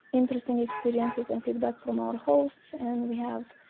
interesting experiences and feedback from our hosts. and we have